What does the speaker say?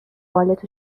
بالت